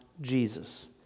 Jesus